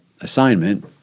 assignment